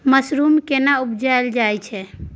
Mushroom केना उबजाबल जाय छै?